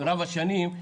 רב השנים,